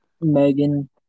Megan